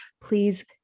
please